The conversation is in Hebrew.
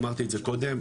אמרתי את זה קודם,